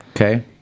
Okay